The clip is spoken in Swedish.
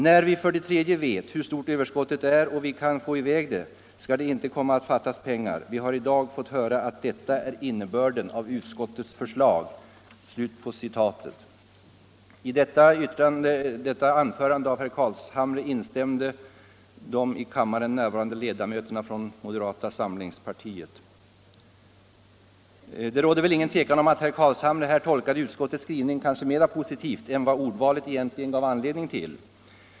När vi för det tredje vet hur stort överskottet är och vi kan få i väg det skall det icke komma att fattas pengar. Vi har i dag fått höra att detta är innebörden i utskottets förslag.” I herr Carlshamres yttrande instämde de i kammaren närvarande ledamöterna från moderata samlingspartiet. Det råder väl ingen tvekan om att herr Carlshamre här tolkade utskottets skrivning mera positivt än vad ordvalet egentligen gav anledning till.